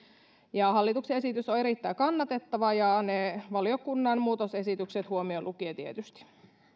hallituksen esitys on erittäin kannatettava valiokunnan muutosesitykset huomioon lukien tietysti